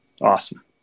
Awesome